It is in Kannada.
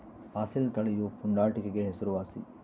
ಅಸೀಲ್ ತಳಿಯು ಪುಂಡಾಟಿಕೆಗೆ ಹೆಸರುವಾಸಿ